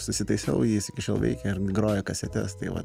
susitaisiau jis iki šiol veikia ir groja kasetes tai va